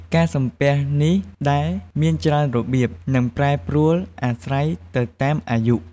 ការសំពះនេះដែរមានច្រើនរបៀប និងប្រែប្រួលអាស្រ័យទៅតាមអាយុ។